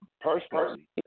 personally